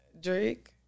Drake